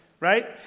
Right